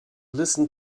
listen